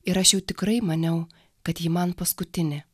ir aš jau tikrai maniau kad ji man paskutinė